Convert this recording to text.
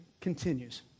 continues